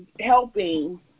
helping